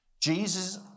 Jesus